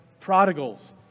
prodigals